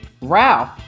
Ralph